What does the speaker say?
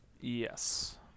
Yes